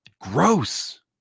Gross